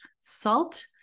salt